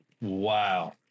Wow